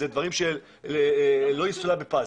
אלה דברים שלא יסולא בפז.